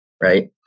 right